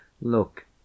look